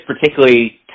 particularly